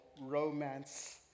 romance